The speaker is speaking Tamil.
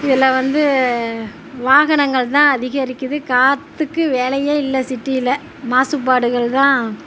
இதில் வந்து வாகனங்கள் தான் அதிகரிக்கிது காற்றுக்கு வேலையே இல்லை சிட்டியில மாசுபாடுகள் தான்